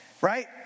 right